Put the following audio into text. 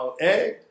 egg